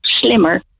slimmer